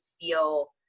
feel